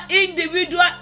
individual